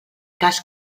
cas